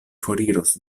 foriros